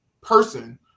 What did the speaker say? person